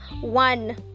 one